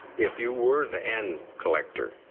if you were the end collector,